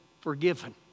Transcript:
forgiven